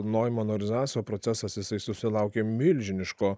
noimano ir zaso procesas jisai susilaukė milžiniško